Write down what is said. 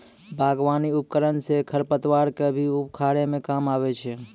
बागबानी उपकरन सँ खरपतवार क भी उखारै म काम आबै छै